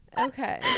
Okay